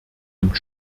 nimmt